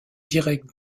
directe